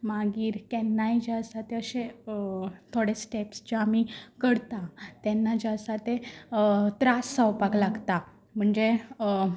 मागीर केन्नाय जे आसा अशे थोडे स्टेप्स जे आमी करता तेन्ना जें आसा तें त्रास जावपाक लागता म्हणजे